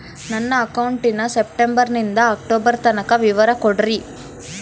ನನ್ನ ಅಕೌಂಟಿನ ಸೆಪ್ಟೆಂಬರನಿಂದ ಅಕ್ಟೋಬರ್ ತನಕ ವಿವರ ಕೊಡ್ರಿ?